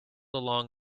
along